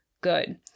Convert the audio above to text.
good